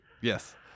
Yes